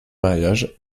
mariage